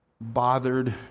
bothered